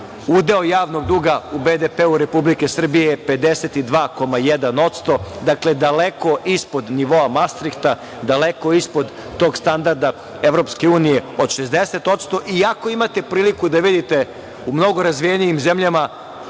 udeo javnog duga u BDP-u Republike Srbije je 52,1%, dakle daleko ispod nivoa Mastrihta, daleko ispod tog standarda EU od 60%, iako imate priliku da vidite u mnogo razvijenijim zemljama